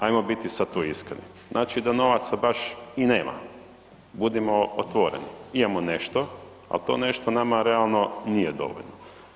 Ajmo biti sad tu iskreni, znači da novaca baš i nema, budimo otvoreni, imamo nešto, ali to nešto nama realno nije dovoljno.